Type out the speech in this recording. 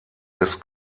des